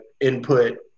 input